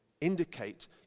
indicate